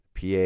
PA